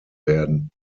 werden